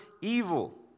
evil